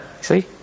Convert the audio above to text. See